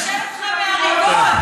לנשל אותך מהריבונות.